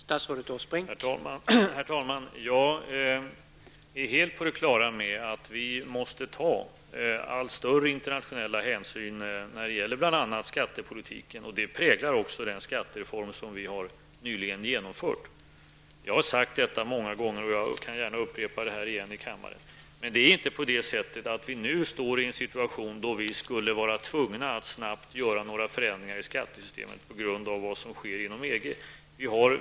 Herr talman! Jag är helt på det klara med att Sverige måste ta allt större internationella hänsyn när det gäller bl.a. skattepolitiken, och det präglar också den skattereform som vi nyligen har genomfört. Jag har sagt detta många gånger, och jag kan gärna upprepa det på nytt här i kammaren. Det är inte så att vi nu befinner oss i en situation där vi är tvungna att snabbt göra några förändringar inom skattesystemet på grund av vad som sker inom EG.